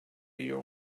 your